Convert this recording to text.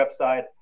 website